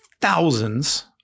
thousands